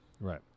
right